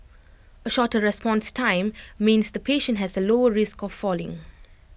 A shorter response time means the patient has A lower risk of falling